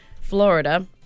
Florida